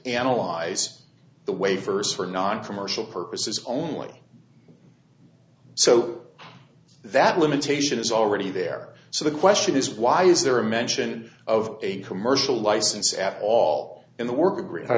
analyze the way first for noncommercial purposes only so that limitation is already there so the question is why is there a mention of a commercial license at all in the work